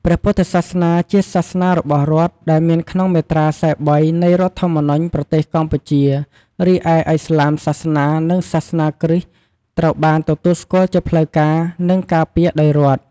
ព្រះពុទ្ធសាសនាជាសាសនារបស់រដ្ឋ ដែលមានក្នុង មាត្រា ៤៣ នៃរដ្ឋធម្មនុញ្ញប្រទេសកម្ពុជា រីឯ ឥស្លាមសាសនា និងសាសនាគ្រិស្តត្រូវបានទទួលស្គាល់ជាផ្លូវការ និងការការពារដោយរដ្ឋ។